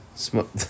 smoke